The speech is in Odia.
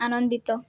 ଆନନ୍ଦିତ